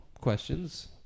questions